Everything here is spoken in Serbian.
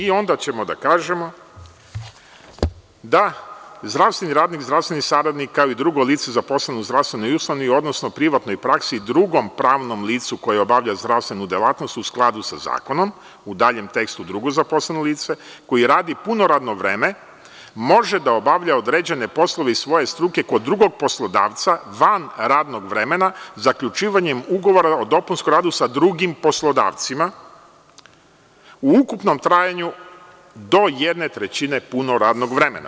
I onda ćemo da kažemo – da, zdravstveni radnik, zdravstveni saradnik, kao i drugo lice zaposleno u zdravstvenoj ustanovi, odnosno privatnoj praksi, drugom pravnom licu koje obavlja zdravstvenu delatnost u skladu sa zakonom (u daljem tekstu: drugo zaposleno lice), koji radi puno radno vreme, može da obavlja određene poslove iz svoje struke kod drugog poslodavca van radnog vremena, zaključivanjem ugovora o dopunskom radu sa drugim poslodavcima u ukupnom trajanju do jedne trećine punog radnog vremena.